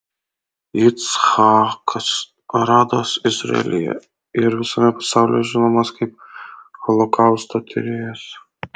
yitzhakas aradas izraelyje ir visame pasaulyje žinomas kaip holokausto tyrėjas